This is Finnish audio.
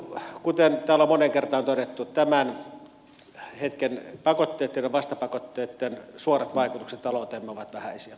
kuten täällä on moneen kertaan todettu tämän hetken pakotteitten ja vastapakotteitten suorat vaikutukset talouteemme ovat vähäisiä